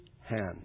hand